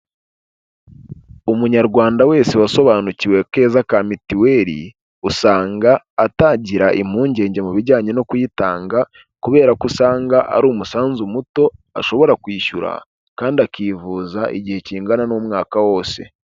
Umunyarwanda wese wasobanukiwe akeza ka mituweri, usanga atagira impungenge mu bijyanye no kuyitanga, kubera ko usanga ari umusanzu muto ashobora kwishyura, kandi akivuza igihe kingana n'umwaka wose.